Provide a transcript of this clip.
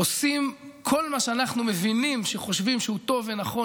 עושים כל מה שאנחנו מבינים וחושבים שהוא טוב ונכון,